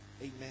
Amen